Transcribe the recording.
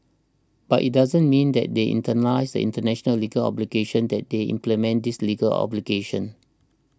but it doesn't mean that they internalise the international legal obligations that they implement these legal obligations